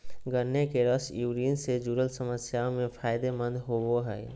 गन्ने के रस यूरिन से जूरल समस्याओं में फायदे मंद होवो हइ